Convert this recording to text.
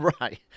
Right